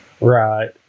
right